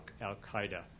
Al-Qaeda